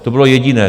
To bylo jediné.